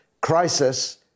crisis